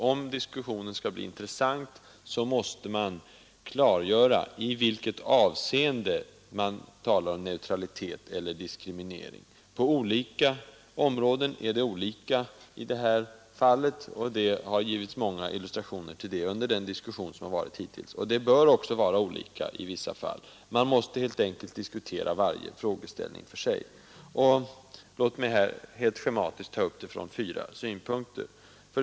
Om diskussionen skall bli intressant måste man klargöra i vilket avseende man talar om neutralitet och diskriminering. Det är olika på olika områden, och det har givits många illustrationer till det under den diskussion som hittills har förts. Det bör också vara olika i vissa fall. Man måste helt enkelt diskutera varje frågeställning för sig. Låt mig här helt schematiskt ta upp det från fyra synpunkter. 1.